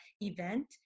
event